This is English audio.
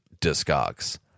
Discogs